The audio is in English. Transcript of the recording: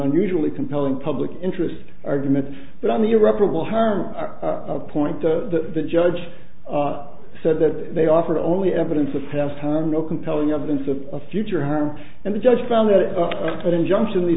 unusually compelling public interest argument but on the irreparable harm point the judge said that they offer only evidence of past time no compelling evidence of a future harm and the judge found that that injunction the